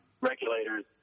regulators